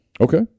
Okay